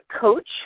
coach